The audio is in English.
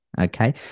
Okay